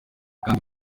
kandi